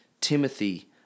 Timothy